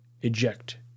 eject